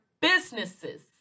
businesses